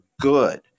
good